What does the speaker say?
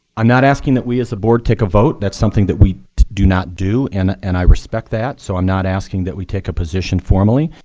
i'm not asking that we as a board take a vote. that's something that we do not do and and i respect that, so i'm not asking that we take a position formally.